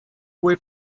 fue